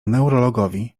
neurologowi